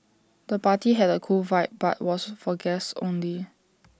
the party had A cool vibe but was for guests only